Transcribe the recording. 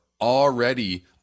already